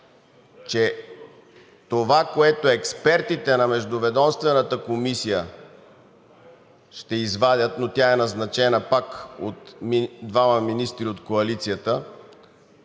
че това, което експертите на Междуведомствената комисия ще извадят, но тя е назначена пак от двама министри от коалицията,